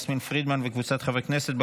יסמין פרידמן וקבוצת חברי הכנסת,